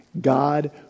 God